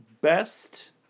best